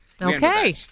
Okay